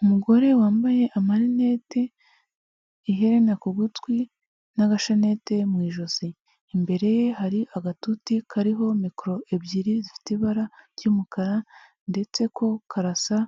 Umugore wambaye amarinete iherena ku gutwi n'agashanete mu ijosi imbere ye hari agatuti kariho mikoro ebyiri zifite ibara ry'umukara ndetse ko karasa